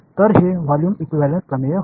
तर हे volume equivalence प्रमेय होते